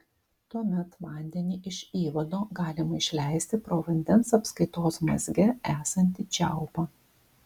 tuomet vandenį iš įvado galima išleisti pro vandens apskaitos mazge esantį čiaupą